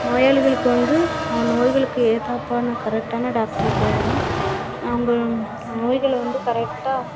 நோயாளிகளுக்கு வந்து அவங்க நோய்களுக்கு ஏத்தாப்பான கரெக்டான டாக்ட்ரு போடணும் நாங்கள் நோய்களை வந்து கரெக்டாக